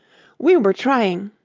we were trying